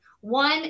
One